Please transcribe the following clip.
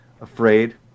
afraid